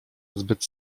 zbyt